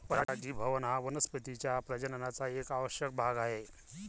परागीभवन हा वनस्पतीं च्या प्रजननाचा एक आवश्यक भाग आहे